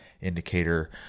indicator